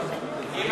נתקבל.